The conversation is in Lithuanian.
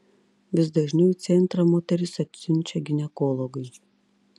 vis dažniau į centrą moteris atsiunčia ginekologai